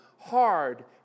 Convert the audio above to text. hard